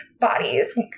bodies